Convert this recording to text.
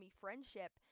friendship